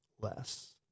less